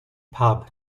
pub